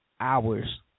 hours